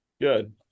Good